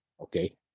Okay